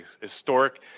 historic